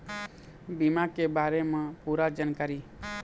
बीमा के बारे म पूरा जानकारी?